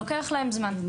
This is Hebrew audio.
לוקח זמן.